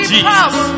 Jesus